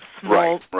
small